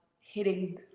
hitting